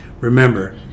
Remember